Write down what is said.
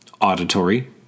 Auditory